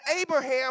Abraham